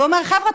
ואומר: חבר'ה,